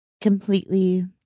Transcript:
completely